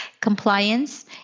compliance